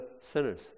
sinners